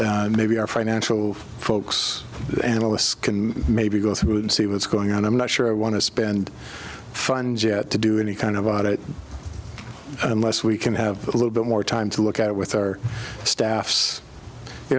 and maybe our financial folks the analysts can maybe go through and see what's going on i'm not sure i want to spend funds yet to do any kind of about it unless we can have a little bit more time to look at it with our staffs